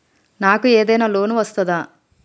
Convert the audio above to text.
నాకు ఏదైనా లోన్ వస్తదా?